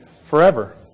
forever